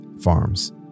Farms